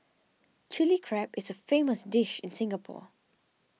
Chilli Crab is a famous dish in Singapore